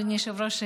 אדוני היושב-ראש,